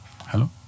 Hello